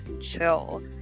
chill